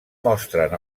mostren